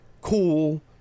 cool